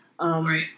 Right